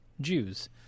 Jews